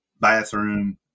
bathroom